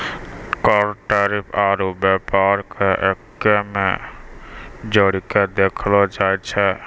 कर टैरिफ आरू व्यापार के एक्कै मे जोड़ीके देखलो जाए छै